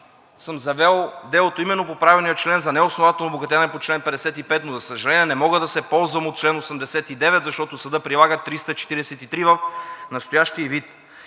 съм завел делото именно по правилния член за неоснователно обогатяване по чл. 55, но за съжаление, не мога да се ползвам от чл. 89, защото съдът прилага чл. 343 в настоящия ѝ